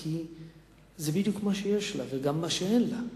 כי זה בדיוק מה שיש לה וגם מה שאין לה.